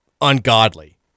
ungodly